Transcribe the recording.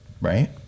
Right